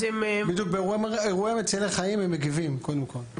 --- באירוע מצילי חיים הם מגיבים קודם כל.